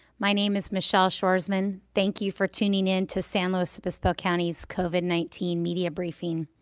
my name is michelle shoresman. thank you for tuning in to san luis obispo county's covid nineteen media briefing.